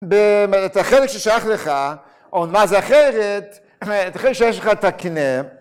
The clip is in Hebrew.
את החלק ששייך לך, או מה זה אחרת, את החלק שיש לך תקנה.